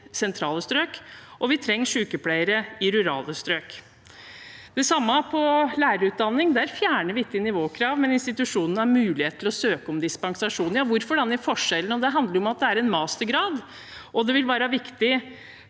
og vi trenger sykepleiere i rurale strøk. Det samme gjelder lærerutdanningen. Der fjerner vi ikke nivåkrav, men institusjonene har mulighet til å søke om dispensasjon. Hvorfor denne forskjellen? Det handler om at det er en mastergrad, og det vil være viktig